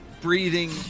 breathing